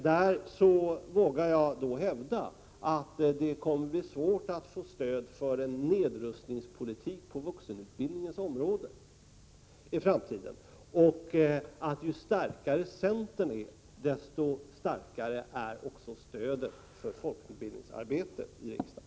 Jag vågar hävda att det kommer att bli svårt att få stöd för en nedrustningspolitik på vuxenutbildningens område i framtiden. Ju starkare centern är, desto starkare är också stödet för folkbildningsarbetet i riksdagen.